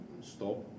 stop